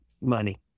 money